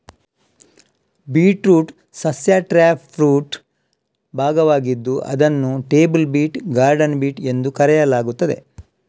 beetroot ಸಸ್ಯ taproot ಭಾಗವಾಗಿದ್ದು ಇದನ್ನು ಟೇಬಲ್ ಬೀಟ್, ಗಾರ್ಡನ್ ಬೀಟ್ ಎಂದು ಕರೆಯಲಾಗುತ್ತದೆ